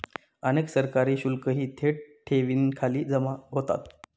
अनेक सरकारी शुल्कही थेट ठेवींखाली जमा होतात